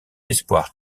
espoir